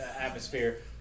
atmosphere